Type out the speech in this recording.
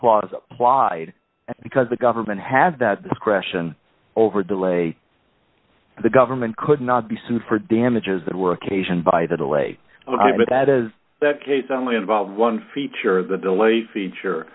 clause applied because the government had that discretion over delay the government could not be sued for damages that were occasioned by the delay but that is that case only involves one feature the delay feature